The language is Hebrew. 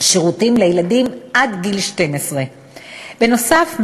מפעילה שירותים לילדים עד גיל 12. בנוסף,